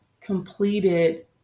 completed